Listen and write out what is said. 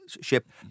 ship